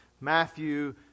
matthew